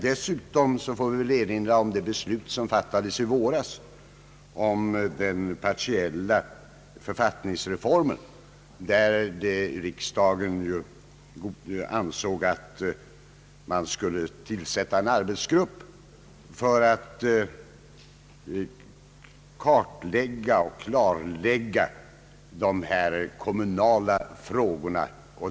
Dessutom får jag påminna om det beslut som fattades i våras om den partiella författnings reformen. Riksdagen ansåg ju då att en arbetsgrupp borde tillsättas för att kartlägga och klargöra dessa kommunala frågor.